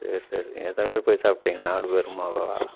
சரி சரி நீங்கள் எத்தனை பேர் போய் சாப்பிட்டிங்க நாலு பேருமா